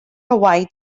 hawaii